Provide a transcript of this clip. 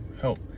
help